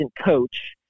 coach